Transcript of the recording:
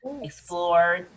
explore